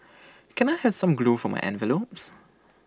can I have some glue for my envelopes